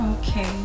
okay